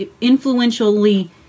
influentially